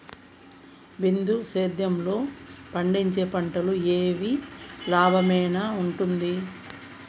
బిందు సేద్యము లో పండించే పంటలు ఏవి లాభమేనా వుంటుంది?